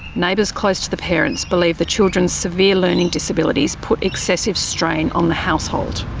neighbours close to the parents believe the children's severe learning disabilities put excessive strain on the household.